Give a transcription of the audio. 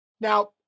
Now